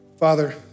Father